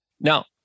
Now